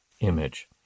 image